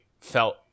felt